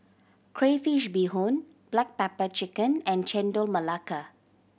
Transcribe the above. crayfish beehoon black pepper chicken and Chendol Melaka